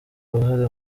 uruhare